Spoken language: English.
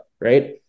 right